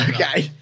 Okay